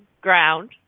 ground